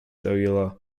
cellular